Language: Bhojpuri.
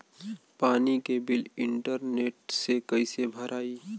पानी के बिल इंटरनेट से कइसे भराई?